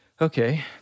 okay